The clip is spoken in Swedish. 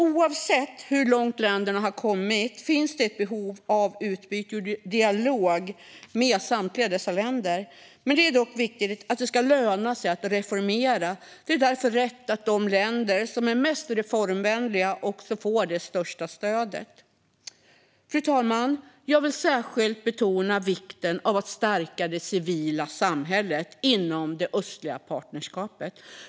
Oavsett hur långt länderna har kommit finns det ett behov av utbyte och dialog med samtliga dessa länder. Det är dock viktigt att det ska löna sig att reformera. Det är därför rätt att de länder som är mest reformvänliga får det största stödet. Fru talman! Jag vill särskilt betona vikten av att stärka det civila samhället inom det östliga partnerskapet.